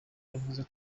yavuze